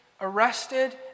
arrested